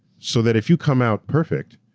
so that if you come out perfect,